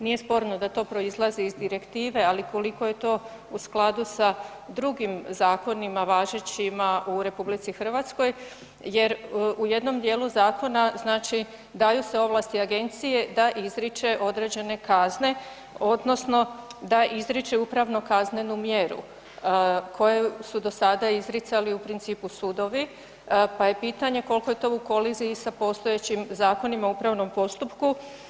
Nije sporno da to proizlazi iz direktive ali koliko je to u skladu sa drugim zakonima važećima u RH jer u jednom dijelu zakona znači daju se ovlasti agenciji da izriče određene kazne odnosno da izriče upravno kaznenu mjeru koje su do sada izricali u principu sudovi, pa je pitanje koliko je to u koliziji sa postojećim Zakonima o upravnom postupku.